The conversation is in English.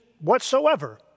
whatsoever